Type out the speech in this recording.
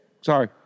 Sorry